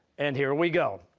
and here we go.